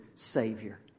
Savior